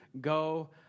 go